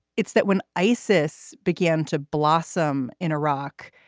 it's that when isis began to blossom in iraq,